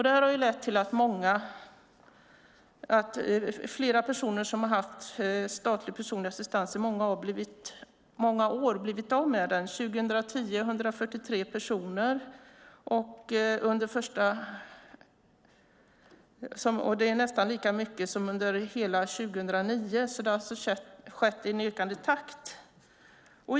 Detta har lett till att flera personer som haft statlig personlig assistans i många år blivit av med den. Första halvåret 2010 var det 143 personer, vilket var nästan lika mycket som under hela 2009. Det har alltså skett i en ökande takt.